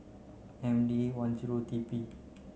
M D one zero T P